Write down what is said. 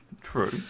True